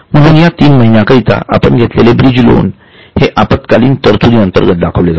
म्हणून या तीन महिन्या करिता आपण घेतलेले ब्रिज लोण हे अल्पकालीन तरतुदी अंतर्गत दाखविले जाते